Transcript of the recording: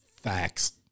Facts